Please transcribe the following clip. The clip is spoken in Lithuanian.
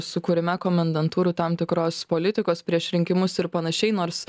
sukūrime komendantūrų tam tikros politikos prieš rinkimus ir panašiai nors